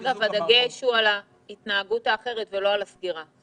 אגב, הדגש הוא על ההתנהגות האחרת ולא על הסגירה.